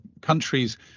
countries